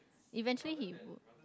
eventually he would